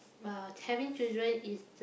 uh having children is